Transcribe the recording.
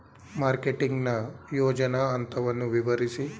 Marketing ನ ಯೋಜನಾ ಹಂತವನ್ನು ವಿವರಿಸಿ?